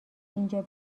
اینجا